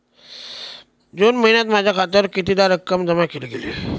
जून महिन्यात माझ्या खात्यावर कितीदा रक्कम जमा केली गेली?